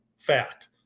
fact